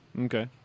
Okay